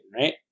right